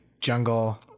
jungle